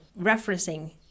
referencing